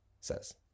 says